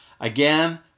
Again